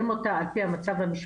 הדוח מאוד-מאוד